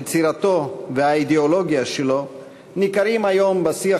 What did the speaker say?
יצירתו והאידיאולוגיה שלו ניכרים היום בשיח